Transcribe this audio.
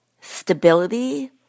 stability